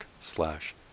slash